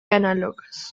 análogas